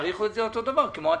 תאריכו את זה אותו הדבר, כמו התקנות.